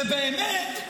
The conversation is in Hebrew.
ובאמת,